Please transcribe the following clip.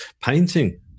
painting